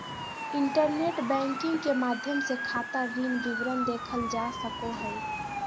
internet banking के माध्यम से खाता ऋण विवरण देखल जा सको हइ